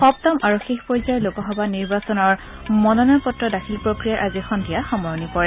সপ্তম আৰু শেষ পৰ্যায়ৰ লোকসভা নিৰ্বাচনৰ মনোনয়ন পত্ৰ দাখিল প্ৰক্ৰিয়াৰ আজি সন্ধিয়া সামৰণি পৰে